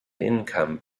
income